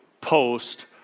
post